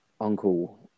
uncle